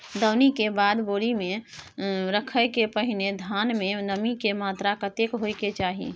दौनी के बाद बोरी में रखय के पहिने धान में नमी के मात्रा कतेक होय के चाही?